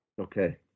Okay